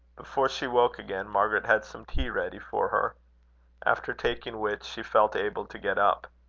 before she woke again, margaret had some tea ready for her after taking which, she felt able to get up.